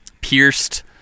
pierced